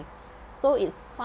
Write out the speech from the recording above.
so it's